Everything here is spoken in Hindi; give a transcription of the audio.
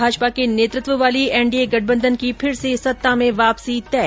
भाजपा के नेतृत्व वाली एनडीए गठबंधन की फिर से सत्ता में वापसी तय